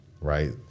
right